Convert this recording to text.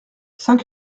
saint